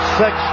six